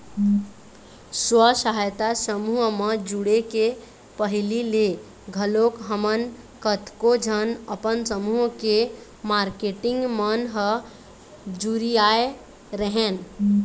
स्व सहायता समूह म जुड़े के पहिली ले घलोक हमन कतको झन अपन समूह के मारकेटिंग मन ह जुरियाय रेहेंन